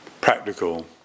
practical